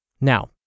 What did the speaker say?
Now